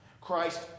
Christ